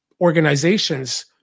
organizations